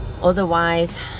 Otherwise